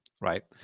right